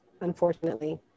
unfortunately